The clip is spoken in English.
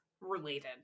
related